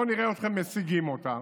בואו נראה אתכם משיגים אותה,